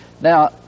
Now